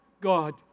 God